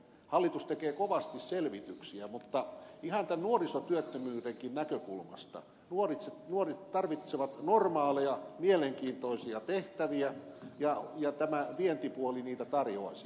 hallitus tekee kovasti selvityksiä mutta ihan tämän nuorisotyöttömyydenkin näkökulmasta nuoret tarvitsevat normaaleja mielenkiintoisia tehtäviä ja tämä vientipuoli niitä tarjoaisi